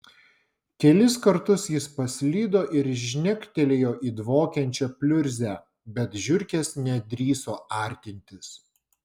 kelis kartus jis paslydo ir žnektelėjo į dvokiančią pliurzę bet žiurkės nedrįso artintis